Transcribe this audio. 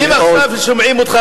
אם עכשיו שומעים אותך,